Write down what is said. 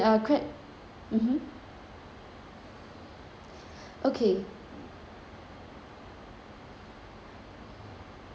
mmhmm okay